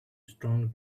strong